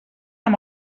amb